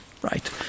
Right